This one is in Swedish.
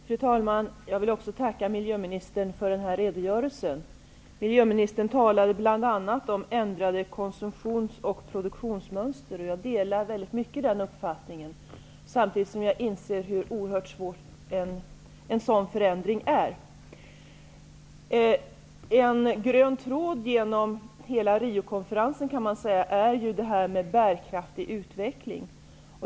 Fru talman! Jag vill också tacka miljöministern för den här redogörelsen. Miljöministern talade bl.a. om ändrade konsumtions och produktionsmönster. Jag delar den uppfattningen, samtidigt som jag inser hur oerhört svår en sådan förändring är. En grön tråd genom hela Riokonferensen är detta med bärkraftig utveckling.